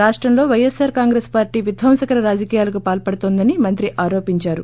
రాష్టంలో YSR Congress party విధ్వంసకర రాజకీయాలకు పాల్చడుతోందని మంత్రి ఆరోపించారు